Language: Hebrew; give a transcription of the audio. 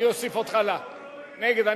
אני אוסיף אותך, נגד.